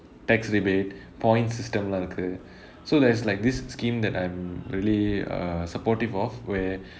tax rebate points system லாம் இருக்கு:laam irukku so there's like this scheme that I'm really uh supportive of where